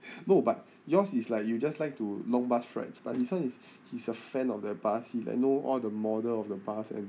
no but yours is like you just like to long bus rides but this one is he's a fan of the bus he like know all the model of the bus and